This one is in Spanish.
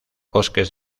bosques